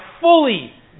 fully